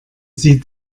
sie